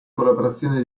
collaborazione